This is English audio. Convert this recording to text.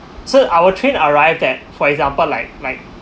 so our train arrived at for example like like